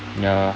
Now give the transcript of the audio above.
ya